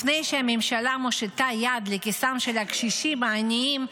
לפני שהממשלה מושיטה יד לכיסם של הקשישים העניים,